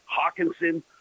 Hawkinson